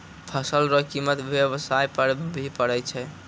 फसल रो कीमत व्याबसाय पर भी पड़ै छै